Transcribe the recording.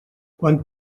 quan